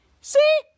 see